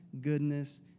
goodness